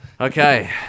Okay